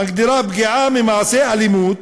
מגדירה: "פגיעה ממעשה אלימות,